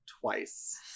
twice